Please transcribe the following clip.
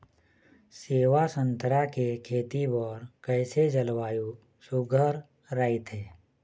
सेवा संतरा के खेती बर कइसे जलवायु सुघ्घर राईथे?